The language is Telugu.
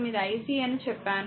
ఇది ic అని చెప్పాను